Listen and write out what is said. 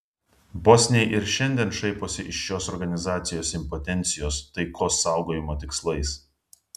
bosniai ir šiandien šaiposi iš šios organizacijos impotencijos taikos saugojimo tikslais